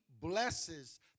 blesses